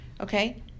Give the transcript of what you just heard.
okay